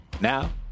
Now